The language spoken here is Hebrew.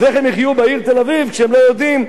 אז איך הם יחיו בעיר תל-אביב כשהם לא יודעים,